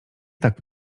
tak